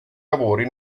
lavori